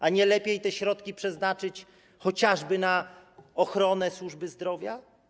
A nie lepiej te środki przeznaczyć chociażby na ochronę służby zdrowia?